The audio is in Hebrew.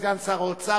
סגן שר האוצר,